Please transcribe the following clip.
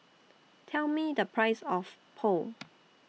Tell Me The Price of Pho